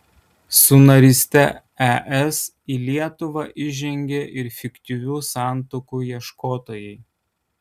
su naryste es į lietuvą įžengė ir fiktyvių santuokų ieškotojai